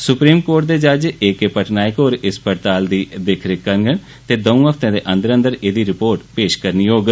supreme Court दे जज A K Patnaik होर इस पड़ताल दी दिक्ख रिक्ख करगंन ते दौंऊ हफ्तें दे अंदर अंदर एदी रिपोर्ट पेश करनी होग